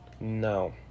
No